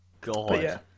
God